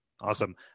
awesome